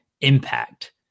impact